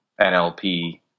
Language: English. NLP